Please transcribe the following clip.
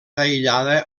aïllada